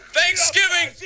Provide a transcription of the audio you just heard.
thanksgiving